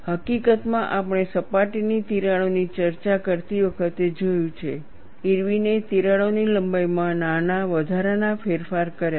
હકીકતમાં આપણે સપાટીની તિરાડોની ચર્ચા કરતી વખતે જોયું છે ઇરવિને તિરાડોની લંબાઈમાં નાના વધારા દ્વારા ફેરફાર કર્યો છે